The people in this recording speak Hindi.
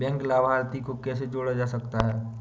बैंक लाभार्थी को कैसे जोड़ा जा सकता है?